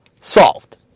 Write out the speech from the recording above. solved